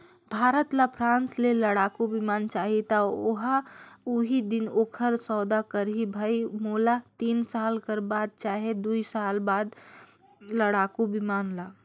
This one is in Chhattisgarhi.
भारत ल फ्रांस ले लड़ाकु बिमान चाहीं त ओहा उहीं दिन ओखर सौदा करहीं भई मोला तीन साल कर बाद चहे दुई साल बाद लड़ाकू बिमान ल